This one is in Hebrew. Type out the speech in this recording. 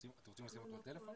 אני רוצה להעלות את יגאל פלמור.